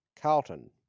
Carlton